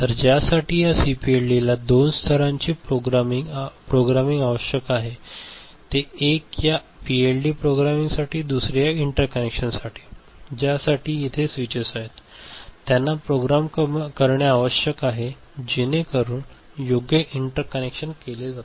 तर ज्यासाठी या सीपीएलडीला दोन स्तरांची प्रोग्रामिंग आवश्यक आहे ते एक या पीएलडी प्रोग्रामिंगसाठी आहे दुसरे या इंटरकनेक्शन्ससाठी ज्या साठी इथे स्विचेस आहेत त्यांना प्रोग्राम करणे आवश्यक आहे जेणेकरून योग्य इंटरकनेक्शन केले जातील